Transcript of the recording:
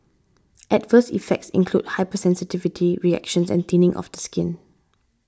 adverse effects include hypersensitivity reactions and thinning of the skin